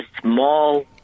small